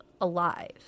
alive